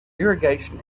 irrigation